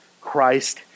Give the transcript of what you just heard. Christ